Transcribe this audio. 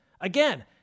Again